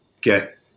get